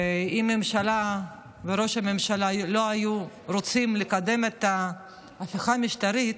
ואם הממשלה וראש הממשלה לא היו רוצים לקדם את ההפיכה המשטרית,